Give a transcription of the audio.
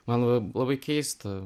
man labai keista